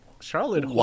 Charlotte